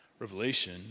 Revelation